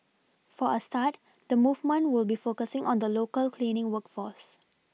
for a start the movement will be focusing on the local cleaning work force